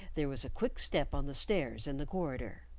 there was a quick step on the stairs-in the corridor.